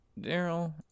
Daryl